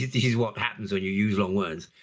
this is what happens when you use long words.